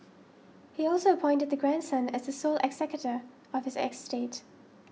he also appointed the grandson as the sole executor of his estate